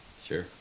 Sure